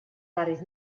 barris